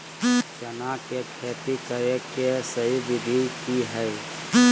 चना के खेती करे के सही विधि की हय?